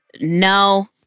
No